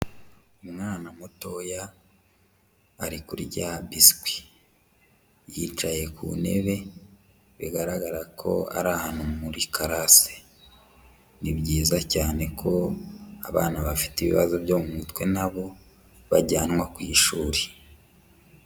Umwana mutoya ari kurya biswi, yicaye ku ntebe bigaragara ko ari ahantu muri class, ni byiza cyane ko abana bafite ibibazo byo mu mutwe na bo bajyanwa ku ishuri.